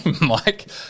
Mike